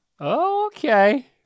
Okay